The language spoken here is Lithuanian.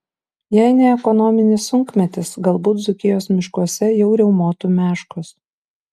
jei ne ekonominis sunkmetis galbūt dzūkijos miškuose jau riaumotų meškos